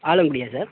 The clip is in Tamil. ஆலங்குடியா சார்